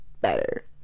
better